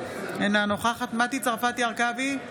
אינה נוכחת מטי צרפתי הרכבי,